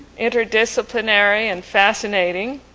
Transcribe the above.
interdisciplinary and fascinating,